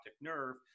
nerve